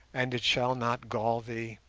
and it shall not gall thee